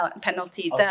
penalty